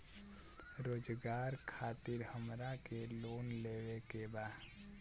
रोजगार खातीर हमरा के लोन लेवे के बा?